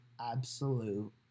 absolute